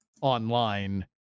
online